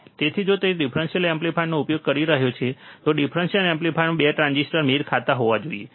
તેથી જો તમે ડિફરન્સીઅલ એમ્પ્લીફાયરનો ઉપયોગ કરી રહ્યા છો તો ડિફરન્સીઅલ એમ્પ્લીફાયરમાં 2 ટ્રાન્ઝિસ્ટર મેળ ખાતા હોવા જોઈએ